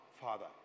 Father